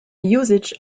usage